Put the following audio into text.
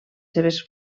seves